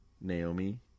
Naomi